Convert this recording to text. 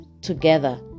together